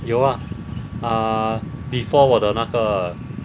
有 ah uh before 我的那个